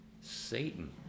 satan